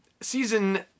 season